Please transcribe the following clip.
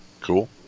Cool